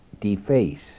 deface